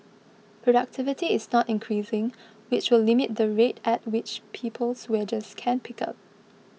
productivity is not increasing which will limit the rate at which people's wages can pick up